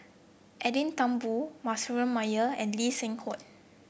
Edwin Thumboo Manasseh Meyer and Lee Seng Huat